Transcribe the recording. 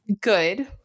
good